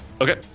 Okay